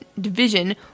division